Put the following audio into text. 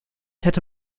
hätte